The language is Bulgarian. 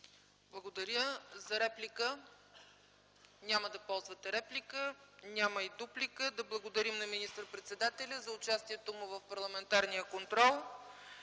Благодаря. За реплика? Няма да ползвате реплика. Няма и дуплика. Да благодарим на министър-председателя за участието му в парламентарния контрол.